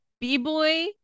b-boy